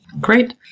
great